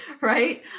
right